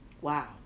Wow